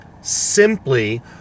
simply